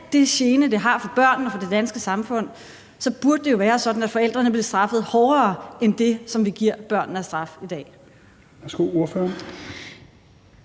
de gener, som det har for børnene og det danske samfund, burde det jo være sådan, at forældrene blev straffet hårdere end den straf, vi giver børnene i dag.